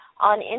On